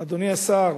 אדוני השר,